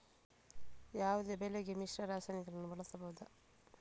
ಯಾವುದೇ ಬೆಳೆಗೆ ಮಿಶ್ರ ರಾಸಾಯನಿಕಗಳನ್ನು ಬಳಸಬಹುದಾ?